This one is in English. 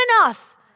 enough